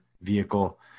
vehicle